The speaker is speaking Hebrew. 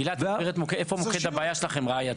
גלעד, איפה מוקד הבעיה שלכם, ראייתית?